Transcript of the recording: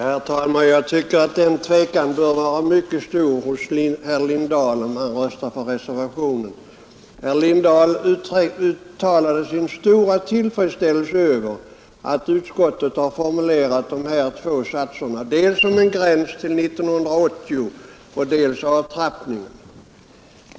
Herr talman! Jag tycker att herr Lindahls tvekan bör vara mycket stor, om han röstar för reservationen. Herr Lindahl uttalade sin tillfredsställelse över att utskottet har formulerat de här två satserna om dels en gräns vid 1980, dels avtrappningen.